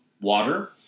water